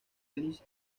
ellis